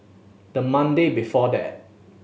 the Monday before that